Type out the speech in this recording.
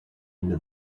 into